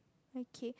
okay